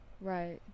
Right